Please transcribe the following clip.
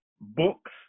books